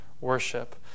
worship